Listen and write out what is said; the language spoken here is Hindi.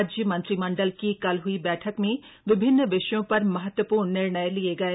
राज्य मंत्रिमंडल की कल हई बैठक में विभिन्न विषयों पर महत्वपूर्ण निर्णय लिये गये